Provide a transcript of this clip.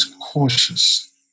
cautious